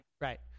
Right